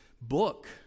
book